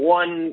one